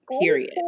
period